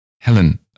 Helen